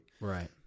right